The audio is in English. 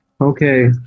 Okay